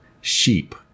Sheep